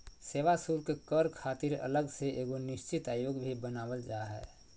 सेवा शुल्क कर खातिर अलग से एगो निश्चित आयोग भी बनावल जा हय